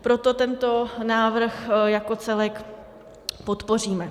Proto tento návrh jako celek podpoříme.